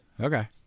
Okay